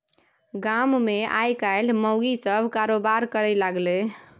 गामोमे आयकाल्हि माउगी सभ कारोबार करय लागलै